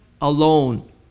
alone